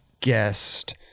guest